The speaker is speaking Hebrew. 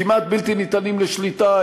כמעט בלתי ניתנים לשליטה,